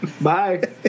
Bye